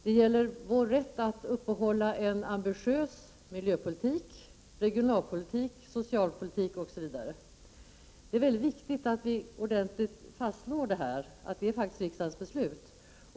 De gäller vår rätt att upprätthålla en ambitiös miljöpolitik, regionalpolitik, socialpolitik osv. Det är väldigt viktigt att vi ordentligt fastslår att detta faktiskt är riksdagens beslut.